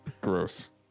Gross